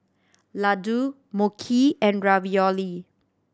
Ladoo Mochi and Ravioli